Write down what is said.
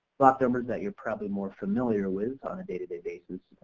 block number that you're probably more familiar with on a day to day basis.